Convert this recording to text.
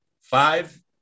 Five